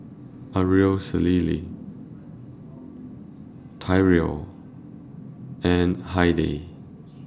Araceli Tyrell and Heidi